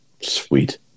Sweet